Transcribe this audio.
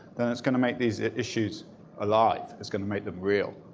then it's going to make these issues alive. it's going to make them real.